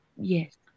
Yes